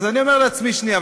אז אני אומר לעצמי: שנייה.